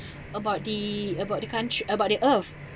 about the about the country about the earth